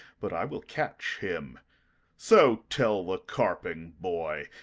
but i will catch him so tell the carping boy,